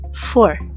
Four